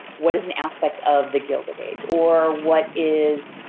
what is an aspect of the gilded age? or, what is?